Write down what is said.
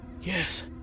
yes